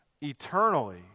eternally